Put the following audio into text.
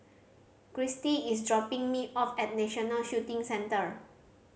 Cristy is dropping me off at National Shooting Centre